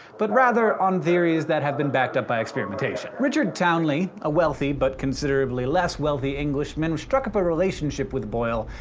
but rather on theories that have been backed up by experimentation. richard towneley a wealthy, but considerably less wealthy, englishman struck up a relationship with boyle.